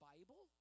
Bible